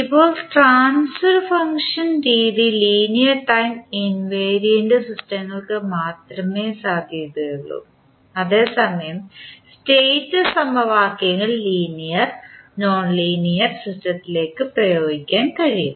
ഇപ്പോൾ transfer function രീതി linear time ഇൻവേരിയൻറെ സിസ്റ്റങ്ങൾക്ക് മാത്രമേ സാധുതയുള്ളൂ അതേസമയം സ്റ്റേറ്റ് സമവാക്യങ്ങൾ ലീനിയർ നോൺലീനിയർ സിസ്റ്റത്തിലേക്ക് പ്രയോഗിക്കാൻ കഴിയും